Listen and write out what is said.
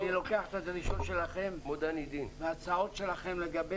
אני לוקח את הדרישות שלכם וההצעות שלכם לגבי